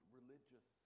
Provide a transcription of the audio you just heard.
religious